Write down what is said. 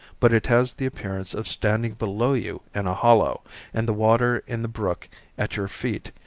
but it has the appearance of standing below you in a hollow and the water in the brook at your feet,